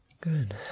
Good